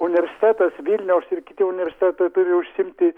universitetas vilniaus kiti universitetai turi užsiimti